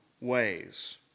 ways